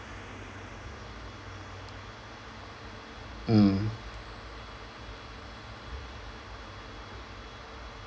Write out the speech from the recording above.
mm